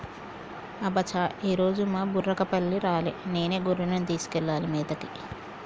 అబ్బ చా ఈరోజు మా బుర్రకపల్లి రాలే నేనే గొర్రెలను తీసుకెళ్లాలి మేతకి